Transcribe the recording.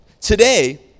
today